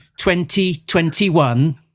2021